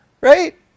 Right